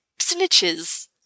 snitches